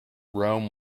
rome